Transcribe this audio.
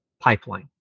pipeline